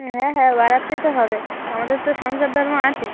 হ্যাঁ হ্যাঁ বাড়াতে তো হবে আমাদের তো সংসার ধর্ম আছে